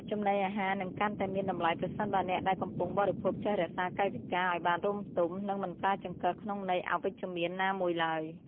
ចំណីអាហារនឹងកាន់តែមានតម្លៃប្រសិនបើអ្នកដែលកំពុងបរិភោគចេះរក្សាកាយវិការឱ្យបានរម្យទមនិងមិនប្រើចង្កឹះក្នុងន័យអវិជ្ជមានណាមួយឡើយ។